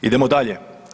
Idemo dalje.